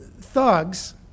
thugs